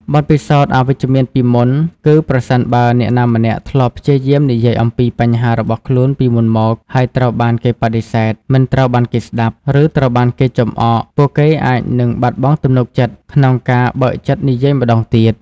បទពិសោធន៍អវិជ្ជមានពីមុន គឺប្រសិនបើអ្នកណាម្នាក់ធ្លាប់ព្យាយាមនិយាយអំពីបញ្ហារបស់ខ្លួនពីមុនមក ហើយត្រូវបានគេបដិសេធ មិនត្រូវបានគេស្តាប់ ឬត្រូវបានគេចំអក ពួកគេអាចនឹងបាត់បង់ទំនុកចិត្តក្នុងការបើកចិត្តនិយាយម្តងទៀត។